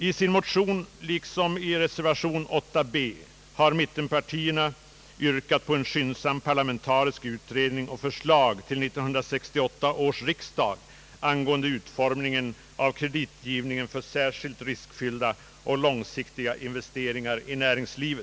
I sin motion, liksom i reservation 9 b, har mittenpartierna yrkat på en skyndsam parlamentarisk utredning och förslag till 1968 års riksdag angående utformningen av kreditgivningen för särskilt riskfyllda och långsiktiga investeringar i näringslivet.